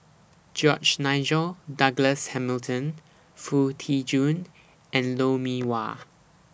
George Nigel Douglas Hamilton Foo Tee Jun and Lou Mee Wah